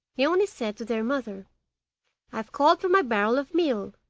he only said to their mother i've called for my barrel of meal